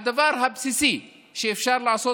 הדבר הבסיסי שאפשר לעשות,